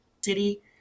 city